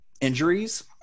injuries